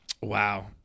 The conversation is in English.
Wow